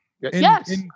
Yes